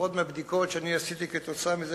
לפחות מהבדיקות שאני עשיתי כתוצאה מזה